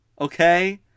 okay